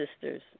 sisters